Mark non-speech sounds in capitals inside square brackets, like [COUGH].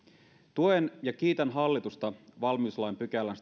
tuen ja kiitän hallitusta valmiuslain sadannenkahdeksannentoista pykälän [UNINTELLIGIBLE]